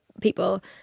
people